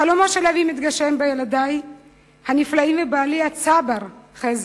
חלומו של אבי מתגשם בילדי הנפלאים ובבעלי הצבר חזי.